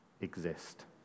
exist